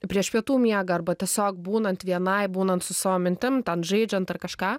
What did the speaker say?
prieš pietų miegą arba tiesiog būnant vienai būnant su savo mintim ten žaidžiant ar kažką